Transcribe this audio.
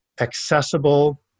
accessible